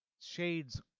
shades